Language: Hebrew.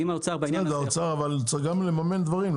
ואם האוצר בעניין הזה --- אבל האוצר גם צריך לממן דברים,